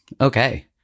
Okay